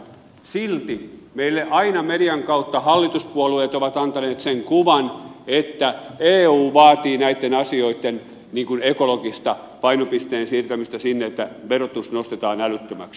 silti meille aina median kautta hallituspuolueet ovat antaneet sen kuvan että eu vaatii näitten asioitten niin kuin ekologista painopisteen siirtämistä sinne että verotus nostetaan älyttömäksi